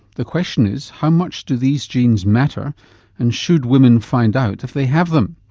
the question is, how much do these genes matter and should women find out if they have them?